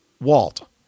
Walt